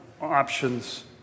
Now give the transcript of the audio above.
options